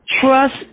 Trust